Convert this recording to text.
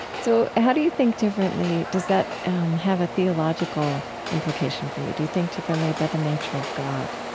so how do you think differently? does that have a theological implication for you? do you think differently about the nature of god?